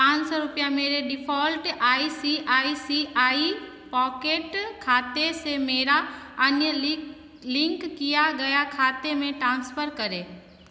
पाँच सौ रूपया मेरे default I C I C I pocket खाते से मेरा अन्य लिक लिंक किए गए खाते में ट्रांसफर करें